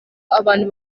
abantu